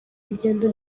rugendo